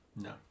No